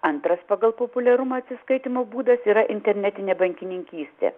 antras pagal populiarumą atsiskaitymo būdas yra internetinė bankininkystė